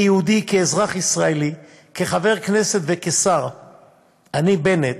כיהודי, כאזרח ישראלי, כחבר כנסת וכשר, אני, בנט,